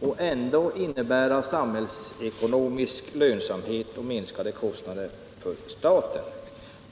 och ändå innebära samhällsekonomisk lönsamhet och minskade kostnader för staten.